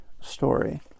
story